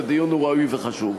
ודיון הוא ראוי וחשוב.